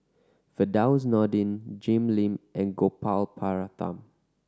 Firdaus Nordin Jim Lim and Gopal Baratham